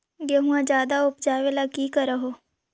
गेहुमा ज्यादा उपजाबे ला की कर हो?